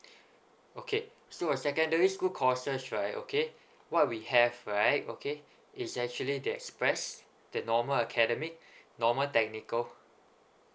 okay so uh secondary school courses right okay what we have right okay it's actually they expressed the normal academic normal technical